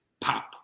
Pop